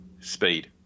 speed